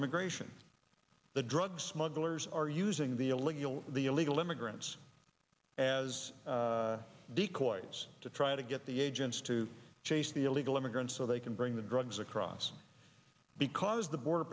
immigration the drug smugglers are using the illegal the illegal immigrants as decoys to try to get the agents to chase the illegal immigrants so they can bring the drugs across because the border